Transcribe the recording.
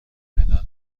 مداد